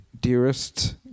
dearest